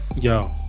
yo